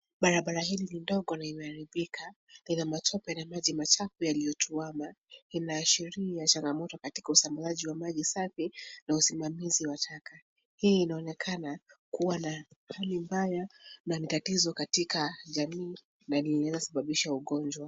Barabara hili ni ndogo na limeharibika, ina matope na maji machafu yaliyotuama. Inaashiria changamoto katika usambazaji wa maji safi na usimamizi wa taka. Hii inaonekana kuwa na hali mbaya na ni tatizo katika jamii na linaweza sababisha ugonjwa.